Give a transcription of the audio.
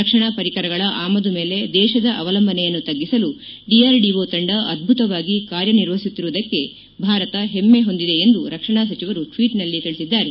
ರಕ್ಷಣಾ ಪರಿಕರಗಳ ಆಮದು ಮೇಲೆ ದೇಶದ ಆವಲಂಬನೆಯನ್ನು ತ್ಗಿಸಲು ಡಿಆರ್ಡಿಟ ತಂಡ ಆದ್ದುಕವಾಗಿ ಕಾರ್ಯನಿರ್ವಹಿಸುತ್ತಿರುವುದಕ್ಕೆ ಭಾರತ ಪೆಮ್ಮೆ ಹೊಂದಿದೆ ಎಂದು ರಕ್ಷಣಾ ಸಚಿವರು ಟ್ವೀಟ್ನಲ್ಲಿ ತಿಳಿಸಿದ್ದಾರೆ